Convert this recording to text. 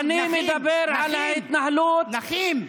זו הצעת חוק על נכים, נכים.